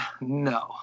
no